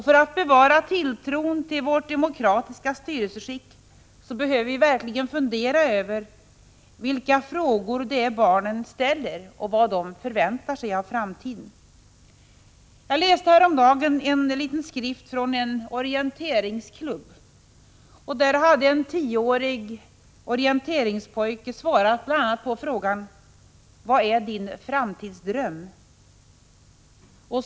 För att bevara tilltron till vårt demokratiska styrelseskick behöver | vi verkligen fundera över vilka frågor det är barnen ställer och vad barnen | förväntar sig av framtiden. Jag läste häromdagen en liten skrift från en orienteringsklubb. Där hade en tioårig orienteringspojke svarat bl.a. på frågan: Vad är din framtidsdröm?